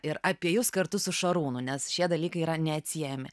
ir apie jus kartu su šarūnu nes šie dalykai yra neatsiejami